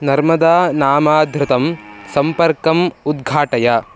नर्मदा नामाधृतं सम्पर्कम् उद्घाटय